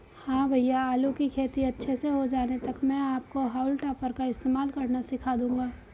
हां भैया आलू की खेती अच्छे से हो जाने तक मैं आपको हाउल टॉपर का इस्तेमाल करना सिखा दूंगा